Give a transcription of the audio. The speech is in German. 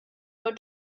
mit